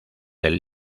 del